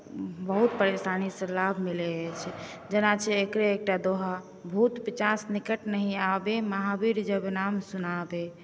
बहुत परेशानी से लाभ मिलै अछि जेना छै एकरे एकटा दोहा भुत पिशाच निकट नहि आबै महावीर जब नाम सुनावै